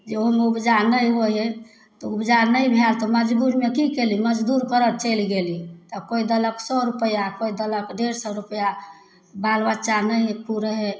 गेहूॅंम उपजा नहि होइ हइ उपजा नहि भेल तऽ मजबूरीमे की केली मजदूरी करऽ चलि गेली आ कोइ देलक सए रुपैआ कोइ देलक डेढ़ सए रुपैआ बालबच्चा नहि पूरै हइ